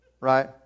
Right